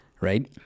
right